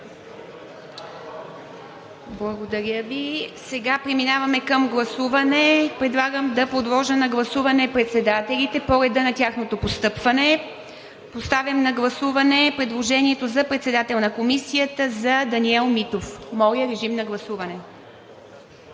Благодаря Ви. Сега преминаваме към гласуване. Предлагам да подложа на гласуване председателите по реда на тяхното постъпване. Поставям на гласуване предложението за председател на Комисията – Даниел Митов. Гласували